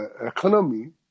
economy